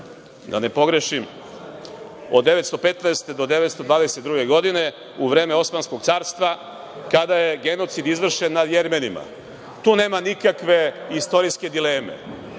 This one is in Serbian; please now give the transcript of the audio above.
u periodu od 1915. do 1922. godine, u vreme Osmanskog carstva, kada je genocid izvršen na Jermenima. Tu nema nikakve istorijske dileme.